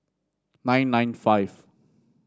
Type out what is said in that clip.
nine nine five